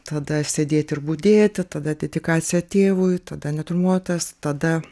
tada sėdėti ir budėti tada dedikacija tėvui tada natiurmortas